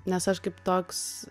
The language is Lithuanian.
nes aš kaip toks